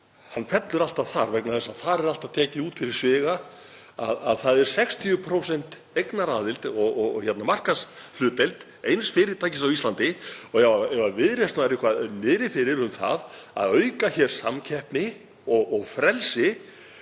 fyrir honum vegna þess að þar er alltaf tekið út fyrir sviga að það er 60% eignaraðild og markaðshlutdeild eins fyrirtækis á Íslandi. Og ef Viðreisn væri eitthvað niðri fyrir um að auka hér samkeppni og frelsi